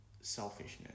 selfishness